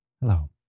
Hello